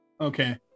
Okay